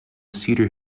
cedar